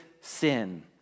sin